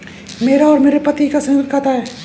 मेरा और मेरे पति का संयुक्त खाता है